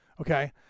okay